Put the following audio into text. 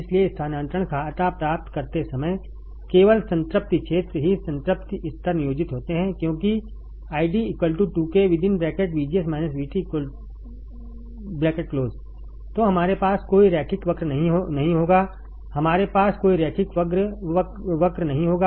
इसलिए स्थानांतरण खाता प्राप्त करते समय केवल संतृप्ति क्षेत्र ही संतृप्ति स्तर नियोजित होते हैं क्योंकि ID 2 k तो हमारे पास कोई रैखिक वक्र नहीं होगा हमारे पास कोई रैखिक वक्र नहीं होगा